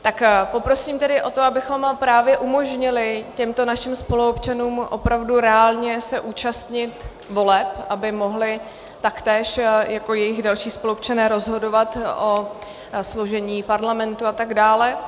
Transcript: Tak poprosím tedy o to, abychom právě umožnili těmto našim spoluobčanům opravdu reálně se účastnit voleb, aby mohli taktéž jako jejich další spoluobčané rozhodovat o složení Parlamentu a tak dále.